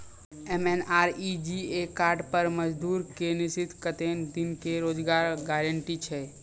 MNREGA card पर मजदुर के निश्चित कत्तेक दिन के रोजगार गारंटी छै?